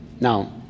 Now